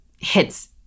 hits